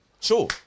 Sure